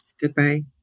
goodbye